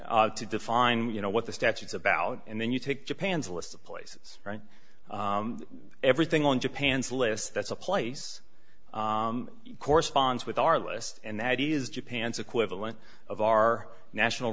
places to define you know what the statutes about and then you take japan's a list of places right everything on japan's list that's a place corresponds with our list and that is japan's equivalent of our national